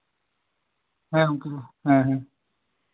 ᱦᱮᱸ ᱜᱚᱢᱠᱮ ᱦᱮᱸ ᱦᱮᱸ